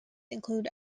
include